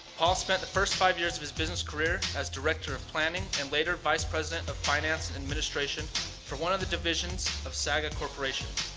paul spent the first five years of his business career as director of planning, and later vice president of finance and administration for one of the divisions of sega corporation.